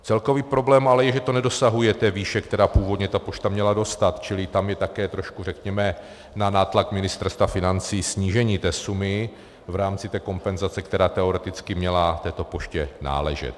Celkový problém je, že to ale nedosahuje té výše, kterou původně ta pošta měla dostat, čili tam je také trošku řekněme na nátlak Ministerstva financí snížení té sumy v rámci té kompenzace, která teoreticky měla této poště náležet.